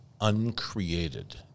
uncreated